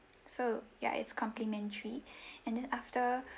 so ya it's complimentary and then after